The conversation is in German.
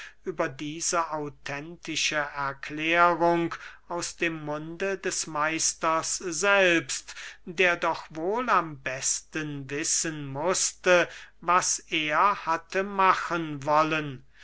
über diese authentische erklärung aus dem munde des meisters selbst der doch wohl am besten wissen mußte was er hatte machen wollen